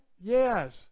Yes